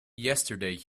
yesterday